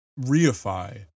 reify